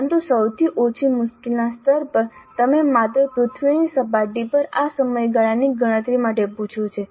પરંતુ સૌથી ઓછી મુશ્કેલીના સ્તર પર તમે માત્ર પૃથ્વીની સપાટી પર આ સમયગાળાની ગણતરી માટે પૂછ્યું છે